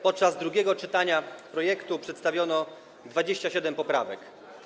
Podczas drugiego czytania projektu przedstawiono 27 poprawek.